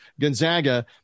Gonzaga